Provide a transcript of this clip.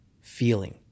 feeling